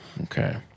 Okay